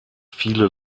viele